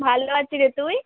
ভালো আছি রে তুই